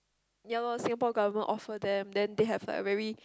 ye loh Singapore government offer them then they have like a very